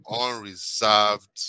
unreserved